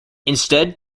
instead